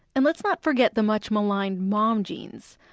and let's not forget the much-maligned mom jeans.